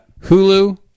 Hulu